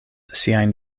siajn